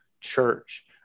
church